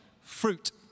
fruit